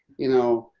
you know,